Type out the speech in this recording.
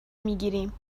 میگیریم